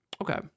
okay